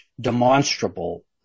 demonstrable